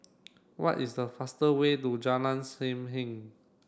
what is the fastest way to Jalan Sam Heng